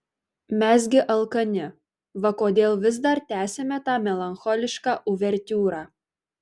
mes gi alkani va kodėl vis dar tęsiame tą melancholišką uvertiūrą